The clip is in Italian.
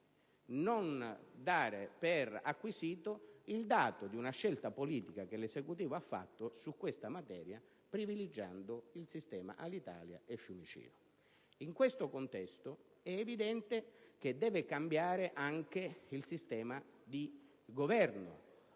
non dare per acquisito il dato di una scelta politica che l'Esecutivo ha fatto su questa materia, privilegiando il sistema Alitalia e Fiumicino. In questo contesto, è evidente che deve cambiare anche il sistema di governo